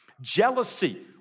Jealousy